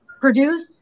produce